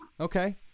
okay